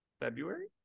February